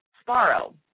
Sparrow